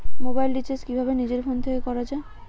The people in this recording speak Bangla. মোবাইল রিচার্জ কিভাবে নিজের ফোন থেকে করা য়ায়?